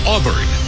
Auburn